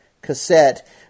cassette